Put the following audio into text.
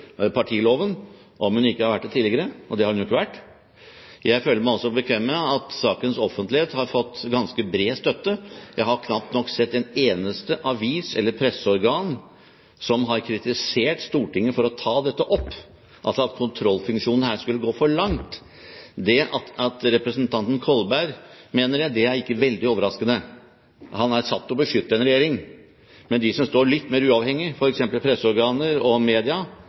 partiloven om hun ikke har vært det tidligere, og det har hun jo ikke vært. Jeg føler meg også bekvem med at sakens offentlighet har fått ganske bred støtte. Jeg har knapt nok sett en eneste avis, eller presseorgan, som har kritisert Stortinget for å ta dette opp, altså at kontrollfunksjonen her skulle gå for langt. Det at representanten Kolberg mener det, er ikke veldig overraskende. Han er satt til å beskytte en regjering. Men de som står litt mer uavhengig, f.eks. presseorganer og media